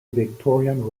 victorian